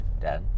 Dad